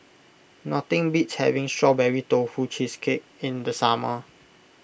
nothing beats having Strawberry Tofu Cheesecake in the summer